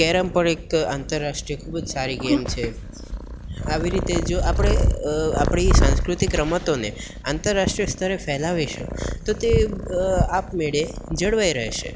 carrom પણ એક આંતરરાષ્ટ્રીય ખૂબ જ સારી ગેમ છે આવી રીતે જો આપણે આપણી સાંસ્કૃતિક રમતોને આંતરરાષ્ટ્રીય સ્તરે ફેલાવીશું તો તે આપમેળે જળવાઈ રહેશે